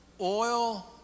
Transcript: oil